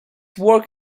work